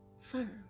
Firm